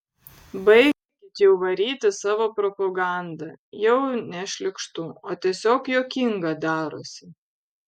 baikit jau varyti savo propagandą jau ne šlykštu o tiesiog juokinga darosi